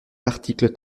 l’article